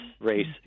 race